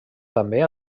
també